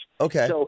Okay